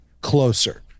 closer